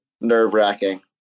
nerve-wracking